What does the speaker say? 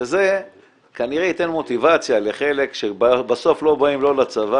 שזה כנראה ייתן מוטיבציה לחלק שבסוף לא באים לצבא,